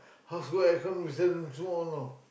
house good air con we seldon smoke you know